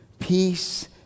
peace